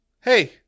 hey